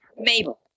Mabel